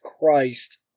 Christ